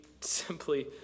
simply